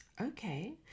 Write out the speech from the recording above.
Okay